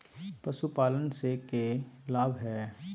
पशुपालन से के लाभ हय?